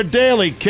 daily